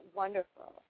wonderful